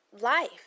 life